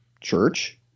Church